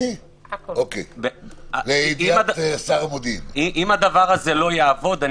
אם הדבר הזה לא יעבוד,